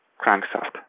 crankshaft